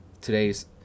today's